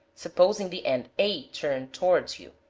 supposing the end a turned towards you.